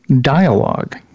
dialogue